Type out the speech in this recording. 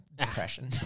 Depression